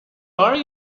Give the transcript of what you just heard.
are